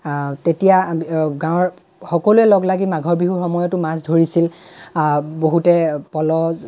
তেতিয়া গাঁৱৰ সকলোৱে লগ লাগি মাঘৰ বিহুৰ সময়তো মাছ ধৰিছিল বহুতে পলহ